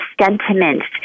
sentiments